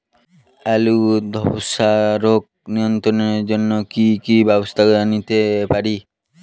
আলুর ধ্বসা রোগ নিয়ন্ত্রণের জন্য কি কি ব্যবস্থা নিতে পারি?